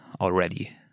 already